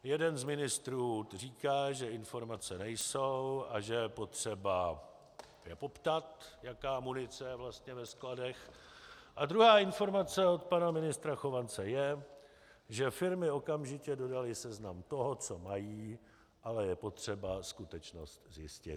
Jeden z ministrů říká, že informace nejsou a že je potřeba je poptat, jaká munice je vlastně ve skladech, a druhá informace od pana ministra Chovance je, že firmy okamžitě dodaly seznam toho, co mají, ale je potřeba skutečnost zjistit.